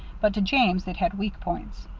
but to james it had weak points.